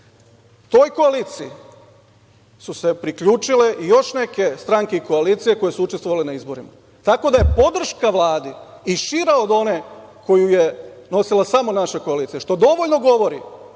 Toj koaliciji su se priključile i još neke stranke i koalicije koje su učestvovale na izborima, tako da je podrška Vladi i šira od one koju je nosila samo naša koalicija, što dovoljno govori